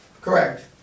correct